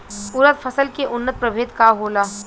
उरद फसल के उन्नत प्रभेद का होला?